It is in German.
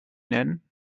nennen